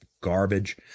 garbage